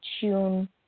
tune